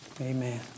amen